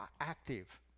active